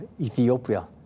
Ethiopia